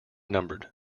numbered